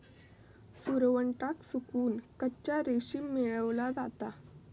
सुरवंटाक सुकवन कच्चा रेशीम मेळवला जाता